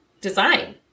design